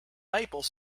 maple